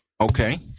Okay